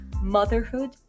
motherhood